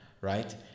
right